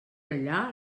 allà